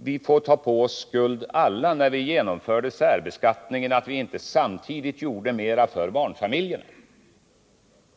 Vi får alla ta på oss skulden för att vi när vi genomförde särbeskattningen inte gjorde mera för barnfamiljerna.